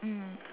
mm